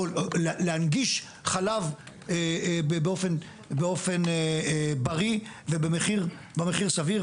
להנגיש חלב באופן בריא ובמחיר סביר.